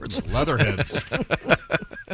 leatherheads